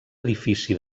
edifici